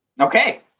Okay